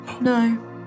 No